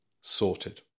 sorted